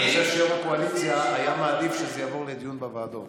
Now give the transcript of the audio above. אני חושב שיו"ר הקואליציה היה מעדיף שזה יעבור לדיון בוועדות